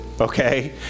okay